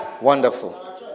Wonderful